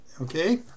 Okay